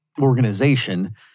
organization